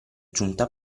giunta